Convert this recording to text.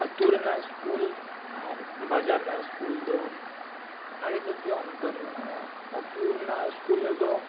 ᱟᱹᱛᱩ ᱨᱮᱱᱟᱜ ᱟᱨ ᱵᱟᱡᱟᱨ ᱨᱮᱱᱟᱜ ᱫᱚ ᱟᱹᱰᱤᱛᱮᱫ ᱜᱮ ᱚᱱᱛᱚᱨ ᱢᱮᱱᱟᱜᱼᱟ ᱟᱹᱛᱩ ᱨᱮᱱᱟᱜ ᱨᱮᱫᱚ